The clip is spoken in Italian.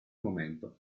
momento